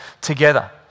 together